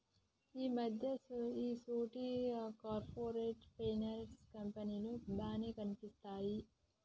ఈ మధ్య ఈసొంటి కార్పొరేట్ ఫైనాన్స్ కంపెనీలు బానే కనిపిత్తున్నయ్